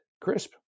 crisp